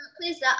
please